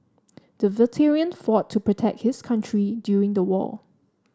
the veteran fought to protect his country during the war